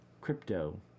Crypto